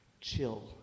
chill